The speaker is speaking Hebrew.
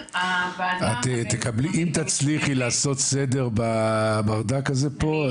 אם תצליחי לעשות סדר בברדק הזה פה,